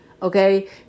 Okay